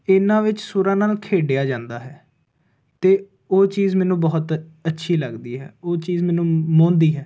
ਇਹਨਾਂ ਵਿੱਚ ਸੁਰਾਂ ਨਾਲ ਖੇਡਿਆ ਜਾਂਦਾ ਹੈ ਤੇ ਉਹ ਚੀਜ਼ ਮੈਨੂੰ ਬਹੁਤ ਅੱਛੀ ਲੱਗਦੀ ਹੈ ਉਹ ਚੀਜ਼ ਮੈਨੂੰ ਮੋਹਦੀ ਹੈ